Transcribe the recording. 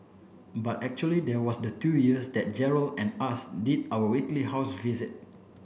but actually there was the two years that Gerald and us did our weekly house visit